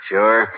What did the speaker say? Sure